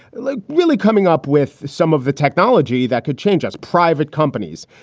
like really coming up with some of the technology that could change as private companies.